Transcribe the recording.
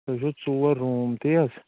تۄہہِ چھُو ژور روٗم تی حظ